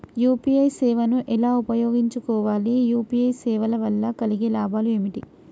UPI సేవను ఎలా ఉపయోగించు కోవాలి? యూ.పీ.ఐ సేవల వల్ల కలిగే లాభాలు ఏమిటి?